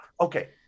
Okay